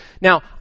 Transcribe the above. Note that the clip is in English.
Now